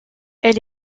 elle